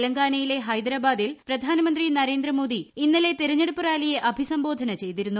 തെലങ്കാനയിലെ ഹൈദരാബാദിൽ പ്രധാനമന്ത്രി നരേന്ദ്രമോദി ഇന്നലെ തെരഞ്ഞെടുപ്പ് റാലിയെ അഭിസംബോധന ചെയ്തിരുന്നു